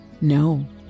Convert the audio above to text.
no